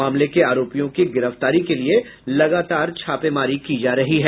मामले में आरोपियों की गिरफ्तारी के लिए लगातार छापेमारी की जा रही है